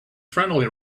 friendly